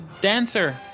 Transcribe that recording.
dancer